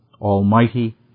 almighty